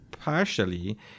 partially